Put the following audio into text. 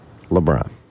LeBron